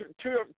Two